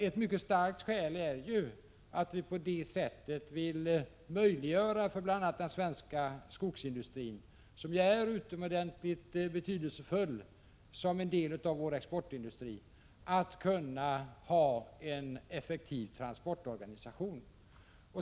Ett mycket starkt skäl är att vi på det sättet vill möjliggöra för bl.a. den svenska skogsindustrin, som ju är utomordentligt betydelsefull som en del av vår exportindustri, att ha en effektiv transportorganisation.